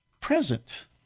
present